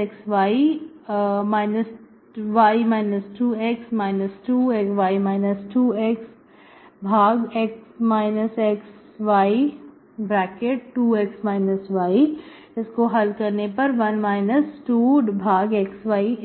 yxy 2xy1 2xy